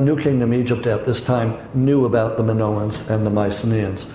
new kingdom egypt, at this time, knew about the minoans and the mycenaeans.